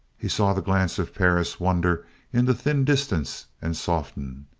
he saw the glance of perris wander into thin distance and soften.